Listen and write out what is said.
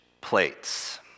plates